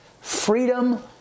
freedom